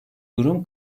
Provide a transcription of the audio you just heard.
durum